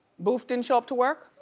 boof didn't show up to work?